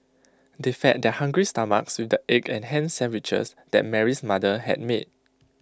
they fed their hungry stomachs with the egg and Ham Sandwiches that Mary's mother had made